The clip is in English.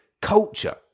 culture